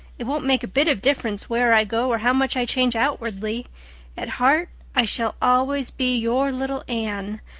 it won't make a bit of difference where i go or how much i change outwardly at heart i shall always be your little anne,